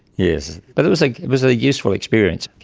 yes. but it was like it was a useful experience.